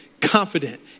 confident